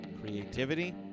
creativity